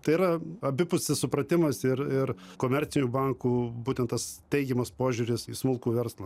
tai yra abipusis supratimas ir ir komercinių bankų būtent tas teigiamas požiūris į smulkų verslą